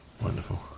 Wonderful